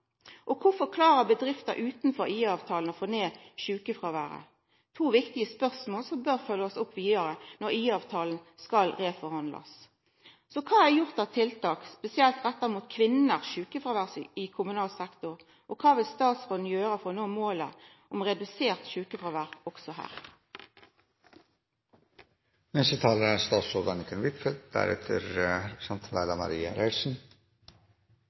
Og kvifor klarer bedrifter utanfor IA-avtalen å få ned sjukefråværet? Dette er to viktige spørsmål som bør følgjast opp vidare når IA-avtalen skal reforhandlast. Kva er gjort av tiltak, spesielt retta mot kvinner sitt sjukefråvær i kommunal sektor? Kva vil statsråden gjera for å nå målet om redusert sjukefråvær også